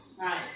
Right